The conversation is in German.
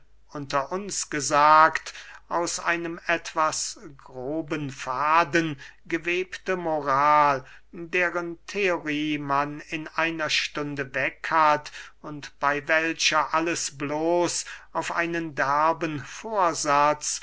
aus einem etwas groben faden gewebte moral deren theorie man in einer stunde weg hat und bey welcher alles bloß auf einen derben vorsatz